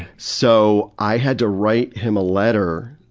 so i had to write him a letter,